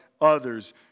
others